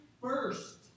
first